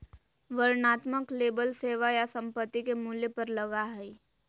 वर्णनात्मक लेबल सेवा या संपत्ति के मूल्य पर लगा हइ